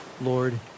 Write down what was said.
Lord